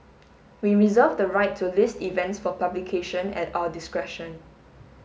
we reserve the right to list events for publication at our discretion